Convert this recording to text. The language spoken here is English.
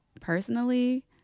personally